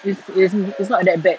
is is is not that bad